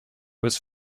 was